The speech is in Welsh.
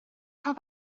cael